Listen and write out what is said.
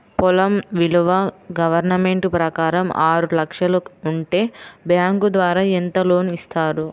పొలం విలువ గవర్నమెంట్ ప్రకారం ఆరు లక్షలు ఉంటే బ్యాంకు ద్వారా ఎంత లోన్ ఇస్తారు?